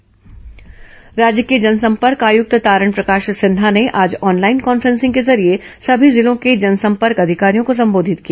जनसंपर्क अधिकारी conference राज्य के जनसंपर्क आयुक्त तारण प्रकाश सिन्हा ने आज ऑनलाइन कॉन्फ्रें सिंग के जरिये सभी जिलों के जनसंपर्क अधिकारियों को संबोधित किया